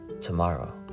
tomorrow